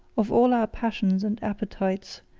of all our passions and appetites,